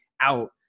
out